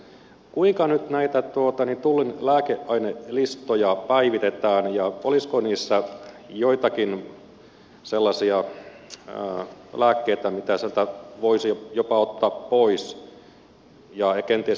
kuinka nyt näitä tullin lääkeainelistoja päivitetään ja olisiko niissä joitakin sellaisia lääkkeitä mitä sieltä voisi jopa ottaa pois ja kenties jotakin pitäisi lisätä